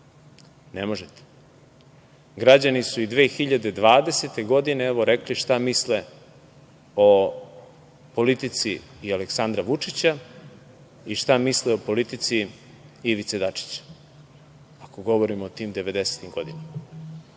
Ne možete. Građani su i 2020. godine rekli šta misle o politici i Aleksandra Vučića i šta misle o politici Ivica Dačića, govorim o tim 90-tim godinama.